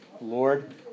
Lord